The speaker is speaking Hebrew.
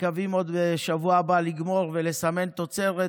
ומקווים בשבוע הבא לגמור ולסמן תוצרת